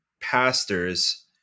pastors